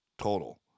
total